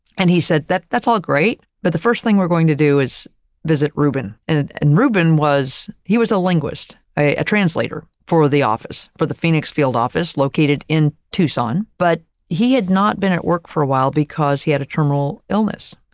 and he said that that's all great. but the first thing we're going to do is visit reuben. and and reuben was he was a linguist, a a translator for the office for the phoenix field office located in tucson, but he had not been at work for a while because he had a terminal illness.